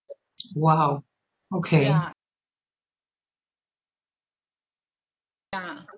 !wow! okay